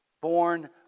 Born